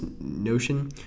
notion